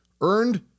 earned